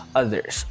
others